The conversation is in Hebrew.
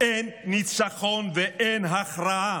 אין ניצחון ואין הכרעה